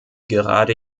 gerade